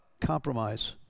compromise